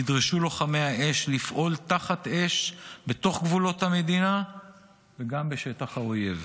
נדרשו לוחמי האש לפעול תחת אש בתוך גבולות המדינה וגם בשטח האויב.